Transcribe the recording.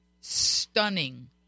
stunning